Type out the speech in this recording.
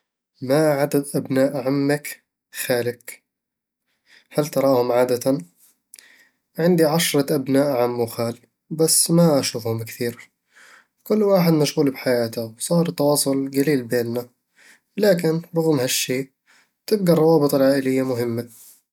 ما عدد أبناء عمك/خالك؟ هل تراهم عادةً؟ عندي عشرة أبناء عم وخال، بس ما اشوفهم كثير كل واحد مشغول بحياته، وصار التواصل قليل بيننا لكن رغم هالشي، تبقى الروابط العائلية مهمة